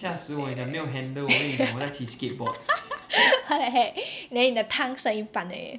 what the heck then 你的汤剩一半而已